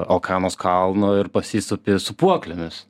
alkanos kalno ir pasisupi sūpuoklėmis